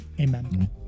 Amen